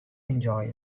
enjoy